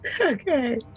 Okay